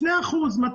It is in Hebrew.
שני אחוזים,